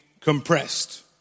compressed